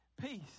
peace